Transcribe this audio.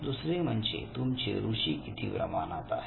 दुसरे म्हणजे तुमची रुची किती प्रमाणात आहे